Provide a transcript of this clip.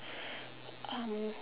um